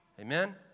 Amen